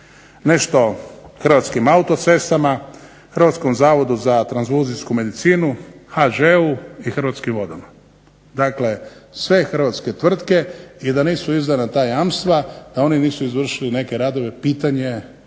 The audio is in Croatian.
nešto Hrvatskim autocestama, Hrvatskom zavodu za transfuzijsku medicinu, HŽ-u i Hrvatskim vodama. Dakle sve hrvatske tvrtke i da nisu izdana ta jamstva, da oni nisu izvršili neke radove pitanje